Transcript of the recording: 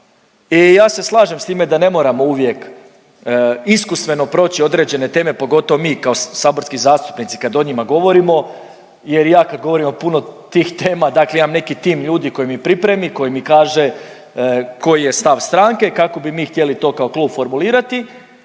i ja se slažem s time da ne moramo uvijek iskustveno proći određene teme, pogotovo mi kao saborski zastupnici kad o njima govorimo jer ja kad govorim o puno tih tema, dakle ja imam neki tim ljudi koji mi pripremi, koji mi kaže koji je stav stranke, kako bi mi htjeli to kao klub formulirati